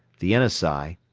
the yenisei,